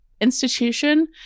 institution